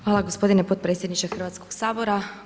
Hvala gospodine potpredsjedniče Hrvatskog sabora.